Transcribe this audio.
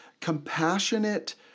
compassionate